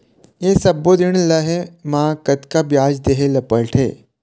ये सब्बो ऋण लहे मा कतका ब्याज देहें ले पड़ते?